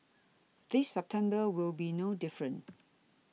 this September will be no different